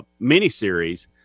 miniseries